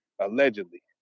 allegedly